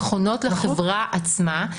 נכונות לחברה עצמה,